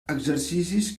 exercicis